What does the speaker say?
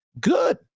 good